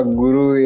guru